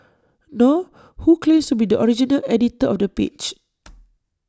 nor who claims to be the original editor of the page